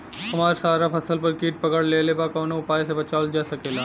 हमर सारा फसल पर कीट पकड़ लेले बा कवनो उपाय से बचावल जा सकेला?